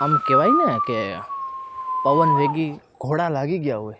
આમ કહેવાય ને કે પવનવેગી ઘોડા લાગી ગયા હોય